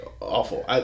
awful